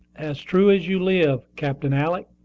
as true as you live, captain alick!